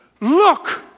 look